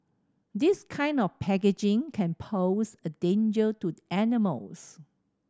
this kind of packaging can pose a danger to animals